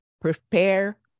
prepare